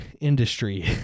industry